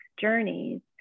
journeys